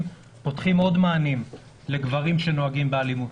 עוד מענים לגברים שנוהגים באלימות